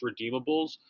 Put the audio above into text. redeemables